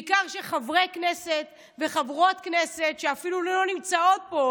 בעיקר כשחברי כנסת וחברות כנסת שאפילו לא נמצאים פה,